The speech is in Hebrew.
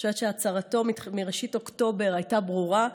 אני חושבת שהצהרתו מראשית אוקטובר הייתה ברורה.